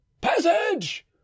Passage